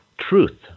truth